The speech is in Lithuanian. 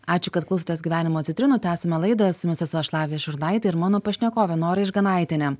ačiū kad klausotės gyvenimo citrinų tęsiame laidą su jumis esu aš lavija šurnaitė ir mano pašnekovė nora išganaitienė